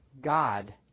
God